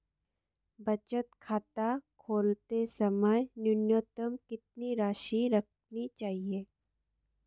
बचत खाता खोलते समय न्यूनतम कितनी राशि रखनी चाहिए?